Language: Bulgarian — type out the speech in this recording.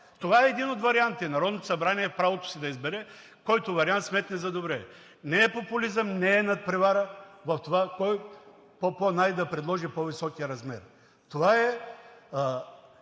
Това е един от вариантите. Народното събрание е в правото си да избере който вариант сметне за добре. Не е популизъм, не е надпревара в това кой е по-по-най да предложи по-високия размер. Това е